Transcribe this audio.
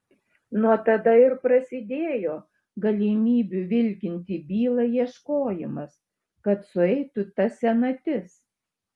nuo tada ir prasidėjo galimybių vilkinti bylą ieškojimas kad sueitų ta senatis